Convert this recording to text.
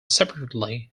separately